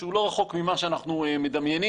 שהוא לא רחוק ממה שאנחנו מדמיינים.